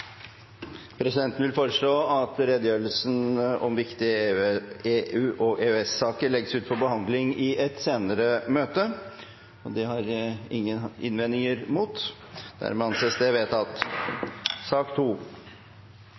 Presidenten vil foreslå at redegjørelsen om viktige EU- og EØS-saker legges ut for behandling i et senere møte. – Det er det ingen innvendinger mot. Det anses dermed vedtatt.